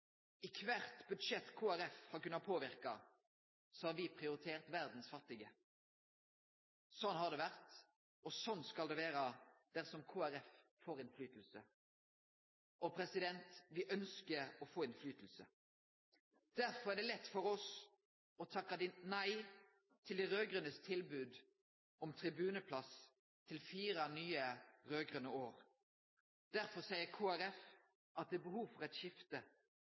I kvart budsjett Kristeleg Folkeparti har kunna påverke, har me prioritert verdas fattige. Sånn har det vore, og sånn skal det vere dersom Kristeleg Folkeparti får innverknad. Og me ønskjer å få innverknad. Derfor er det lett for oss å takke nei til dei raud-grønes tilbod om tribuneplass til fire nye raud-grøne år. Derfor seier Kristeleg Folkeparti at det er behov for eit skifte.